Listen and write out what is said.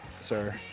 sir